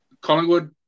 Collingwood